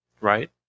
right